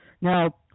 Now